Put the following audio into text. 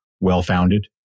well-founded